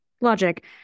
Logic